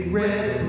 red